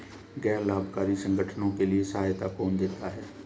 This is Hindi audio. गैर लाभकारी संगठनों के लिए सहायता कौन देता है?